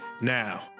now